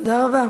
תודה רבה.